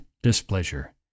displeasure